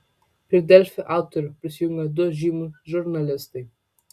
prie delfi autorių prisijungė du žymūs žurnalistai